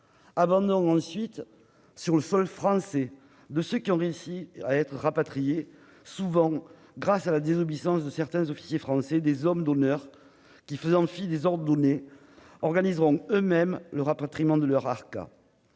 abandon se poursuit sur le sol français : sont frappés ceux qui ont réussi à être rapatriés, souvent grâce à la désobéissance de certains officiers français, hommes d'honneur qui, faisant fi des ordres donnés, ont organisé eux-mêmes le rapatriement de leur harka.